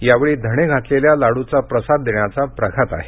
या वेळी धणे घातलेल्या लाडूचा प्रसाद देण्याचा प्रघात आहे